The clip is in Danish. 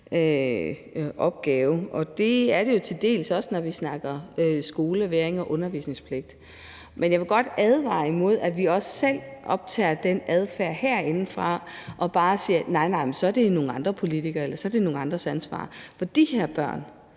opgave. Og det er det jo til dels også, når vi snakker skolevægring og undervisningspligt. Men jeg vil godt advare imod, at vi også selv optager den adfærd herinde og bare siger: Nej nej, det er nogle andre politikeres eller nogle andres ansvar. For de her børn